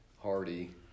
Hardy